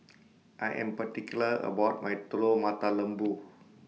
I Am particular about My Telur Mata Lembu